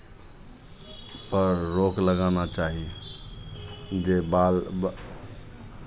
पर रोक लगाना चाही जे बाल